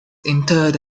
interred